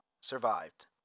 survived